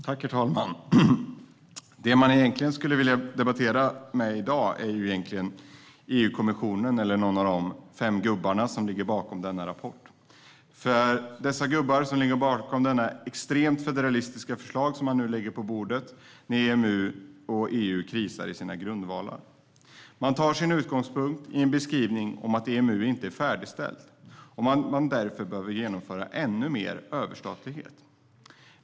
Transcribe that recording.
Herr talman! De man egentligen skulle vilja debattera med i dag är EU-kommissionen eller någon av de fem gubbar som ligger bakom denna rapport. För det är dessa gubbar som ligger bakom de extremt federalistiska förslag man lägger på bordet när EU och EMU krisar i sina grundvalar. Man tar sin utgångspunkt i beskrivningen att EMU inte är färdigställt och att man därför måste genomföra ännu mer överstatlighet.